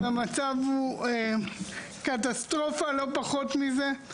אז המצב הוא קטסטרופה, לא פחות מזה.